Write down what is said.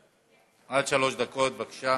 עד שלוש דקות, בבקשה.